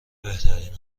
بهترین